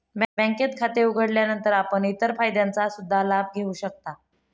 बँकेत खाते उघडल्यानंतर आपण इतर फायद्यांचा सुद्धा लाभ घेऊ शकता